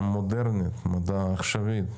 מודרני ועכשווי.